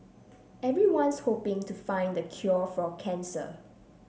everyone's hoping to find the cure for cancer